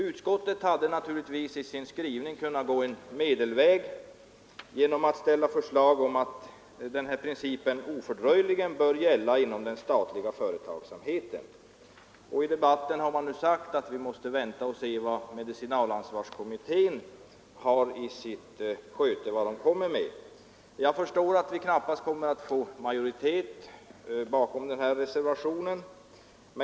Utskottet hade naturligtvis i sin skrivning kunnat gå en medelväg genom att ställa förslag om att denna princip ofördröjligen bör tillämpas inom den statliga företagsamheten. I debatten har det nu framhållits att man skall avvakta vad medicinalansvarskommittén kommer att uttala på denna punkt. Jag förstår att vi knappast kommer att få majoritet för vår reservation.